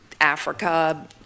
Africa